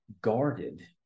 guarded